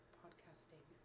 podcasting